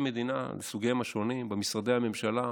מדינה לסוגיהם השונים במשרדי הממשלה,